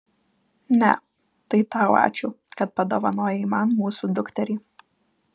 ne tai tau ačiū kad padovanojai man mūsų dukterį